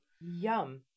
Yum